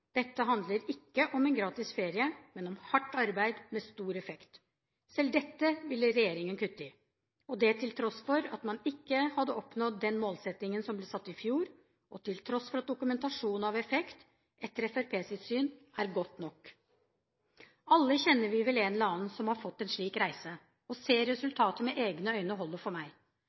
Dette handler ikke om en gratis ferie, men om hardt arbeid med stor effekt. Selv dette ville regjeringen kutte i, til tross for at man ikke hadde oppnådd den målsetningen som ble satt i fjor, og til tross for at dokumentasjon av effekt etter Fremskrittspartiet syn er godt nok. Alle kjenner vi vel en eller annen som har fått en slik reise. Å se resultatet med egne øyne holder for meg.